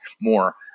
more